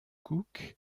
cook